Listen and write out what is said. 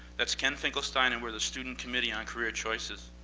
that's ken finkelstein, and we're the student committee on career choices.